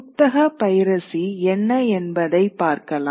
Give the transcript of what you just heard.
புத்தக பைரசி என்ன என்பதைப் பார்க்கலாம்